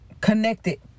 connected